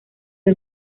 del